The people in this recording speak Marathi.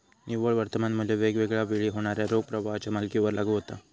निव्वळ वर्तमान मू्ल्य वेगवेगळा वेळी होणाऱ्यो रोख प्रवाहाच्यो मालिकेवर लागू होता